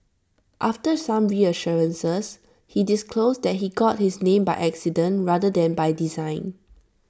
after some reassurances he disclosed that he got his name by accident rather than by design